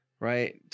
Right